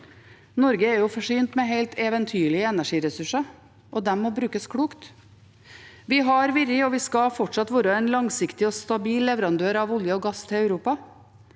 Norge er forsynt med helt eventyrlige energiressurser, og de må brukes klokt. Vi har vært, og vi skal fortsatt være, en langsiktig og stabil leverandør av olje og gass til Europa.